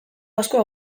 asko